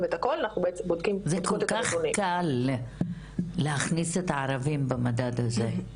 ואת הכל --- זה כל-כך קל להכניס את הערבים במדד הזה.